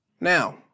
Now